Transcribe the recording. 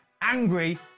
angry